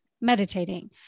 meditating